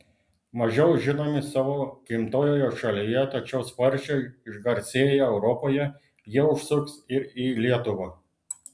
mažiau žinomi savo gimtojoje šalyje tačiau sparčiai išgarsėję europoje jie užsuks ir į lietuvą